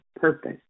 purpose